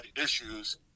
issues